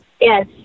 Yes